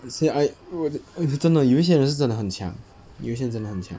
as in like e~ eh 真的有些人是真的很强有些人真的很强